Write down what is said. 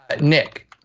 Nick